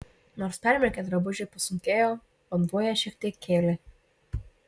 nors permirkę drabužiai pasunkėjo vanduo ją šiek tiek kėlė